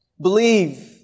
Believe